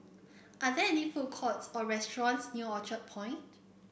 are there any food courts or restaurants near Orchard Point